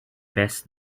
best